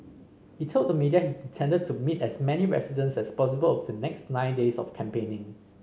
he told the media he intended to meet as many residents as possible of the next nine days of campaigning